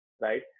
right